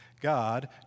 God